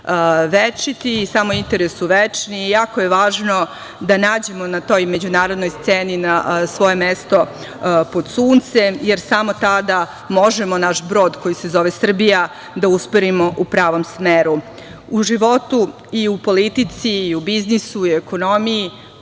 politici samo interesi večiti i jako je važno da nađemo na toj međunarodnoj sceni, svoje mesto pod Suncem, jer samo tada možemo naš brod koji se zove Srbija da usmerimo u pravom smeru.U životu i u politici i u biznisu, ekonomiji,